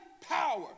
power